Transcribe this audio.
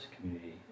Community